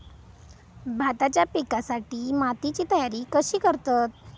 भाताच्या पिकासाठी मातीची तयारी कशी करतत?